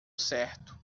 certo